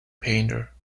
painter